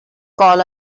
call